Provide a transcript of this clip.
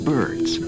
Birds